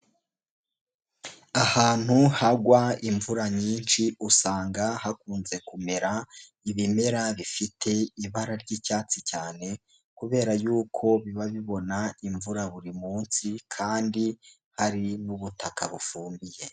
Ahantu hagwa imvura nyinshi usanga hakunze kumera ibimera bifite ibara ry'icyatsi cyane, kubera yuko biba bibona imvura buri munsi kandi hari n'ubutaka bufumbiye.